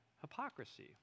hypocrisy